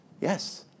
Yes